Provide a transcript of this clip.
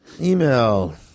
Email